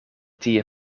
tie